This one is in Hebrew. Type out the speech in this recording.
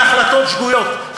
בהחלטות שגויות,